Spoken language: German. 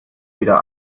wieder